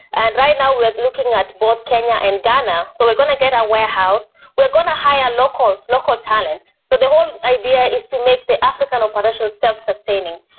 and right now we're looking at both kenya and ghana. so we're going to get a warehouse. we're going to hire local local talents. so the whole idea is to make the african operation self-sustaining.